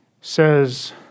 says